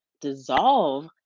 dissolve